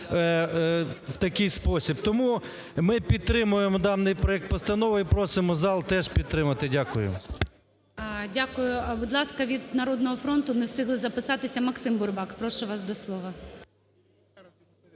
у такий спосіб. Тому ми підтримуємо даний проект постанови і просимо зал теж підтримати. Дякую. ГОЛОВУЮЧИЙ. Дякую. Будь ласка, від "Народного фронту" не встигли записатися. Максим Бурбак, прошу вас до слова.